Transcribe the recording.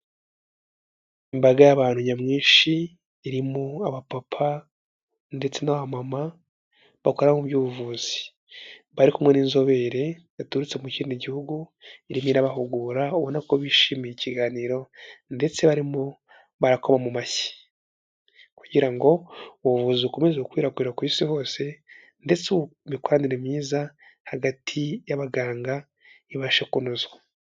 Imbaga y'abantu nyamwinshi, irimo abapapa ndetse n'abamama bakora mu by'ubuvuzi, bari kumwe n'inzobere yaturutse mu kindi gihugu, iriho irabahugura, ubona ko bishimiye ikiganiro ndetse barimo makobo mu mashyi. Kugira ngo ubuvuzi bukomeze gukwirakwira ku isi hose ndetse imikoranire myiza hagati y'abaganga ibashe kunozwa.